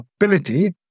ability